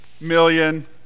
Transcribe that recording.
million